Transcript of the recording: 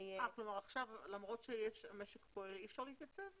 למרות שהמשק פועל, אי אפשר להתייצב?